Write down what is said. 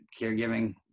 caregiving